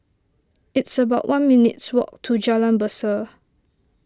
it's about one minutes' walk to Jalan Berseh